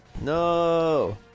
No